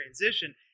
transition